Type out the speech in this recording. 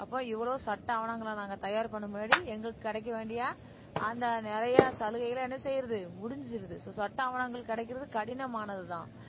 அப்போது இவ்வளோவு சட்ட ஆவணங்களை நாங்கள் தயார் பண்ண முன்னாடி எங்களுக்கு கிடைக்க வேண்டிய அந்த நிறையா சலுகைகளெலாம் என்ன செய்யறது முடிஞ்சிடுது ஸோ சட்ட ஆவணங்கள் கிடைக்கிறது கடினமானதுதான்